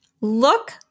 look